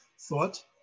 thought